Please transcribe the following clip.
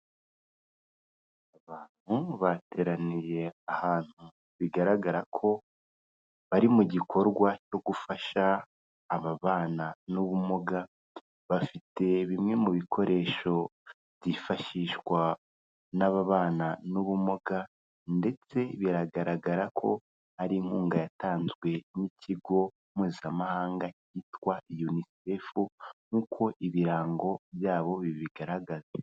Abantu bateraniye ahantu bigaragara ko bari mu gikorwa cyo gufasha ababana n'ubumuga bafite bimwe mu bikoresho byifashishwa n'ababana n'ubumuga ndetse biragaragara ko ari inkunga yatanzwe n'ikigo mpuzamahanga cyitwa unicef nkuko ibirango byabo bibigaragaza.